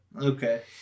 Okay